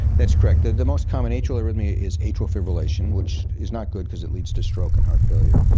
that's correct. ah the most common atrial arrhythmia is atrial fibrillation, which is not good because it leads to stroke and heart failure.